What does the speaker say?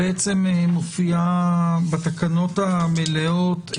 היכן היא מופיעה בתקנות המלאות?